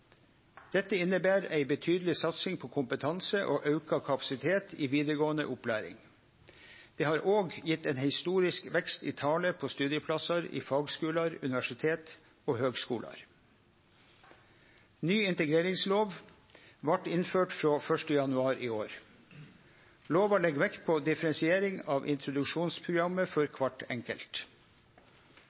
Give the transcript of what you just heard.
Dette inneber ei betydeleg satsing på kompetanse og auka kapasitet i vidaregåande opplæring. Det har òg gjeve ein historisk vekst i talet på studieplassar i fagskular, universitet og høgskular. Ny integreringslov vart innført frå 1. januar i år. Lova legg vekt på differensiering av introduksjonsprogrammet for kvar enkelt.